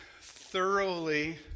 thoroughly